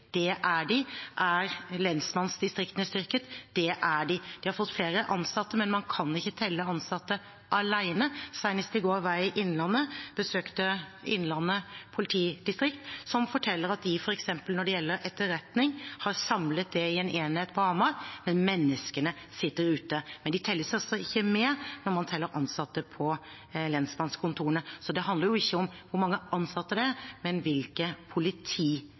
Det er de. Er lensmannsdistriktene styrket? Det er de. De har fått flere ansatte. Men man kan ikke telle ansatte alene. Senest i går besøkte jeg Innlandet politidistrikt, som forteller at f.eks. når det gjelder etterretning, så har de samlet det i en enhet på Hamar, men menneskene sitter ute. Men de telles altså ikke med når man teller ansatte på lensmannskontorene. Så det handler ikke om hvor mange ansatte det er, men